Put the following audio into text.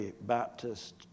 Baptist